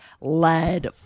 lead